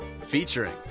Featuring